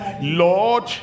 Lord